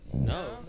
No